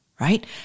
right